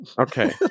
Okay